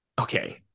okay